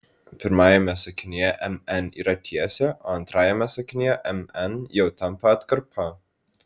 pirmajame sakinyje mn yra tiesė o antrajame sakinyje mn jau tampa atkarpa